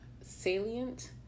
salient